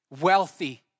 wealthy